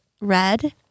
red